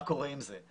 מה קורה עם זה?